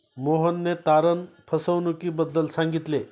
मोहनने तारण फसवणुकीबद्दल सांगितले